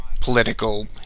political